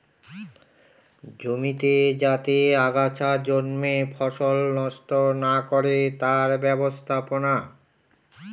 জমিতে যাতে আগাছা জন্মে ফসল নষ্ট না করে তার ব্যবস্থাপনা